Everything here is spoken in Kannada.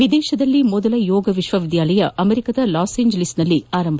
ವಿದೇಶದಲ್ಲಿ ಮೊದಲ ಯೋಗ ವಿಶ್ವವಿದ್ಯಾಲಯ ಅಮೆರಿಕಾದ ಲಾಸ್ಏಂಜಲೀಸ್ನಲ್ಲಿ ಆರಂಭ